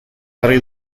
jarri